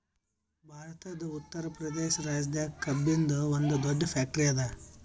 ಭಾರತದ್ ಉತ್ತರ್ ಪ್ರದೇಶ್ ರಾಜ್ಯದಾಗ್ ಕಬ್ಬಿನ್ದ್ ಒಂದ್ ದೊಡ್ಡ್ ಫ್ಯಾಕ್ಟರಿ ಅದಾ